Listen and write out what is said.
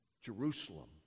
Jerusalem